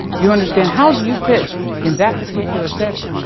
you understand how do you fit in that particular setting.